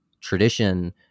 tradition